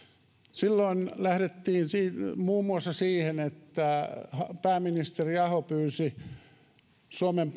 silloin lähdettiin muun muassa siihen että pääministeri aho pyysi suomen